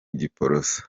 giporoso